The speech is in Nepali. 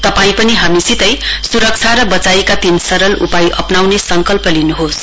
तपाई पनि हामीसितै सुरक्षा र बचाइका तीन सरल उपाय अप्नाउने संकल्प गर्नुहोस्